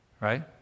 Right